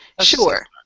Sure